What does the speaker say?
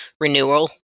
renewal